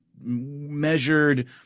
measured